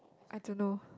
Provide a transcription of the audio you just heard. I don't know